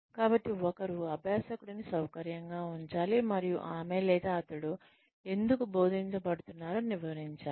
కాబట్టి ఒకరు అభ్యాసకుడిని సౌకర్యంగా ఉంచాలి మరియు ఆమె లేదా అతడు ఎందుకు బోధించబడుతున్నారో వివరించాలి